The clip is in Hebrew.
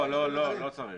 לא, לא, לא, הוא לא צריך.